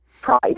pride